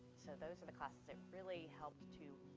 so those are the classes that really helped to